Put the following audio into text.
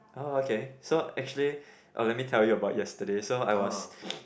oh okay so actually oh let me tell you about yesterday so I was